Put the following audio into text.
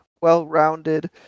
well-rounded